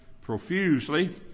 profusely